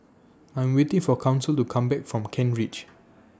I'm waiting For Council to Come Back from Kent Ridge